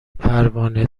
پروانه